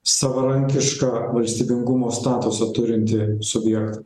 savarankišką valstybingumo statusą turintį subjektą